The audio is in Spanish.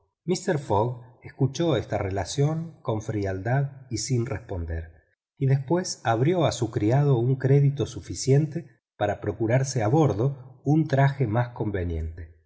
mister fogg escuchó esta relación con frialdad y sin responder y después abrió a su criado un crédito suficiente para procurarse a bordo un traje más conveniente